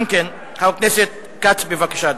חבר הכנסת כץ, בבקשה.